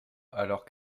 alors